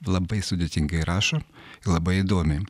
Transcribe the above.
labai sudėtingai rašo labai įdomiai